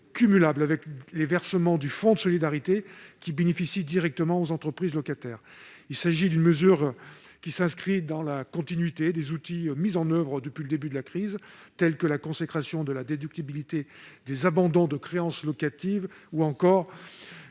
cumulable avec les versements du fonds de solidarité, qui bénéficient directement aux entreprises locataires. Cette mesure s'inscrit dans la continuité des outils mis en oeuvre depuis le début de la crise, tels que la consécration de la déductibilité des abandons de créances locatives ou les